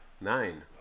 Nine